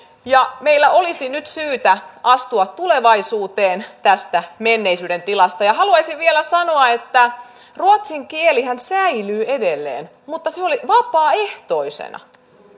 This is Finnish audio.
ja meidän olisi nyt syytä astua tulevaisuuteen tästä menneisyyden tilasta haluaisin vielä sanoa että ruotsin kielihän säilyy edelleen mutta vapaaehtoisena